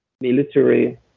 military